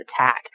attack